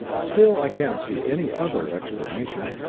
still, i can't see any other explanation.